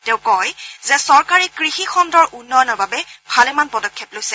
তেওঁ কয় যে চৰকাৰে কৃষি খণ্ডৰ উন্নয়নৰ বাবে ভালেমান পদক্ষেপ লৈছে